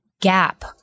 gap